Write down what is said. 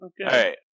Okay